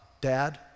Dad